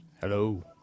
Hello